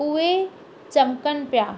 उहे चिमकण पिया